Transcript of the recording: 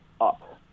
up